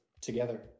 together